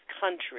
country